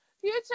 Future